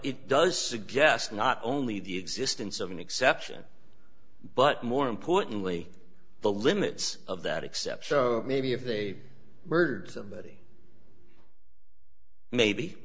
it does suggest not only the existence of an exception but more importantly the limits of that exception maybe if they murdered somebody maybe